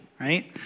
right